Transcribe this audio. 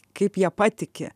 kaip ja patiki